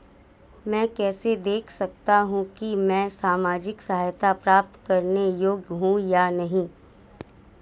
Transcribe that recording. मैं कैसे देख सकता हूं कि मैं सामाजिक सहायता प्राप्त करने योग्य हूं या नहीं?